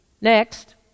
Next